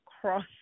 cross